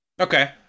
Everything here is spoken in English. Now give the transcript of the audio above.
okay